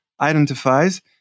identifies